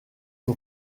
son